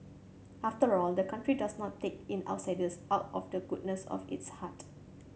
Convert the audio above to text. after all the country does not take in outsiders out of the goodness of its heart